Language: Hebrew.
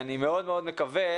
אני מאוד מאוד מקווה,